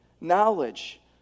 knowledge